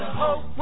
hope